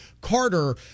Carter